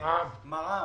פטור מארנונה,